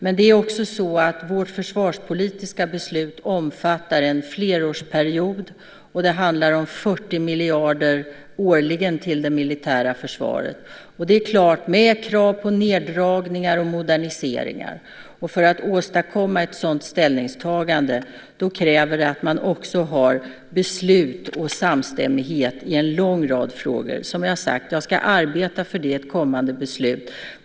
Men det är också så att vårt försvarspolitiska beslut omfattar en flerårsperiod och handlar om 40 miljarder årligen till det militära försvaret. Nu ser vi krav på neddragningar och moderniseringar, och för att åstadkomma ett sådant ställningstagande krävs det att man också har beslut och samstämmighet i en lång rad frågor. Som jag sade ska jag arbeta för detta i ett kommande beslut.